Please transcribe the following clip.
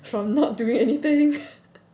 from not doing anything